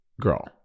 Girl